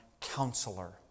counselor